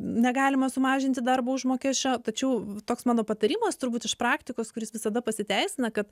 negalima sumažinti darbo užmokesčio tačiau toks mano patarimas turbūt iš praktikos kuris visada pasiteisina kad